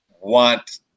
want